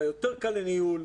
והיותר קל לניהול.